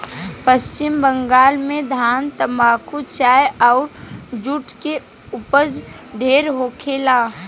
पश्चिम बंगाल में धान, तम्बाकू, चाय अउर जुट के ऊपज ढेरे होखेला